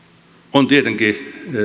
ovat tietenkin